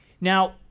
now